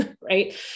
right